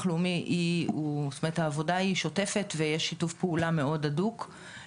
לאומי היא שוטפת ויש שיתוף פעולה מאוד הדוק.